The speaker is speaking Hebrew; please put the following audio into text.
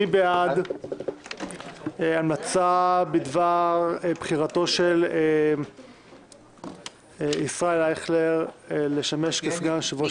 מי בעד המלצה בדבר בחירתו של ישראל אייכלר לשמש כסגן יושב-ראש